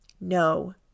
No